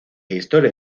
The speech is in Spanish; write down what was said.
historia